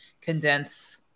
condense